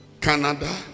Canada